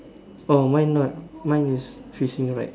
oh mine not mine is facing right